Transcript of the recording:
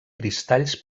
cristalls